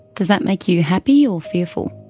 does that make you happy or fearful?